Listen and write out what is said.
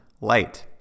Light